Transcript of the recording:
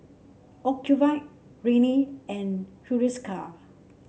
Ocuvite Rene and Hiruscar